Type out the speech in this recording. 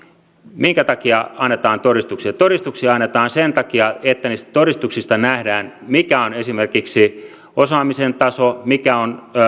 minkä takia annetaan todistuksia todistuksia annetaan sen takia että niistä todistuksista nähdään mikä on esimerkiksi osaamisen taso mikä on